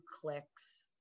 clicks